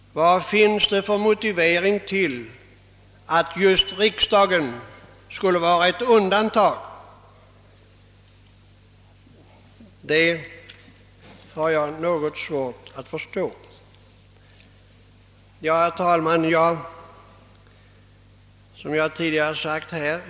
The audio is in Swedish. Vad finns det för motiv för att just riksdagen skulle vara ett undantag? Jag har något svårt att förstå att det finns någon motivering härför. Herr talman!